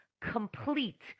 complete